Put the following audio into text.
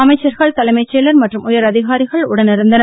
அமைச்சர்கள் தலைமைச்செயலர் மற்றும் உயரதிகாரிகள் உடனிருந்தனர்